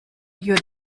your